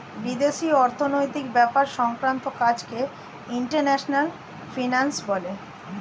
বিদেশি অর্থনৈতিক ব্যাপার সংক্রান্ত কাজকে ইন্টারন্যাশনাল ফিন্যান্স বলে